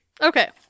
Okay